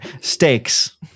stakes